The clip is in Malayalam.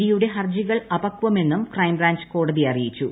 ഡിയുടെ ഹർജികൾ അപക്വമെന്നും ക്രൈംബ്രാഞ്ച് കോടതിയെ അറിയിച്ചു